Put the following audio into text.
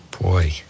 Boy